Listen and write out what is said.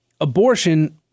abortion